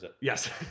Yes